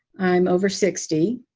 i'm over sixty,